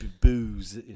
booze